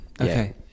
okay